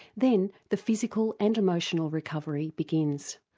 then the physical and emotional recovery begins.